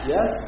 Yes